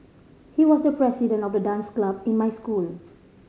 he was the president of the dance club in my school